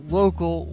local